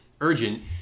urgent